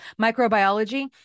Microbiology